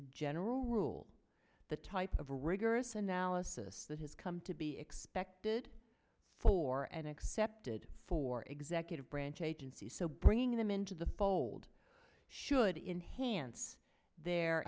a general rule the type of rigorous analysis that has come to be expected for an accepted for executive branch agencies so bringing them into the fold should inhance their